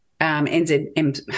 NZM